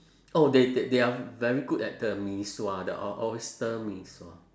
oh they they they are very good at the mee sua the oyster mee sua